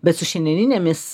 bet su šiandieninėmis